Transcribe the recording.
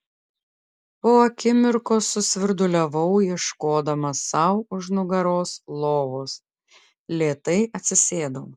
po akimirkos susvirduliavau ieškodama sau už nugaros lovos lėtai atsisėdau